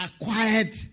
acquired